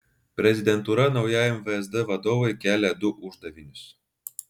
prezidentūra naujajam vsd vadovui kelia du uždavinius